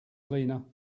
cleaner